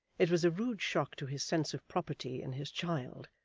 it was a rude shock to his sense of property in his child,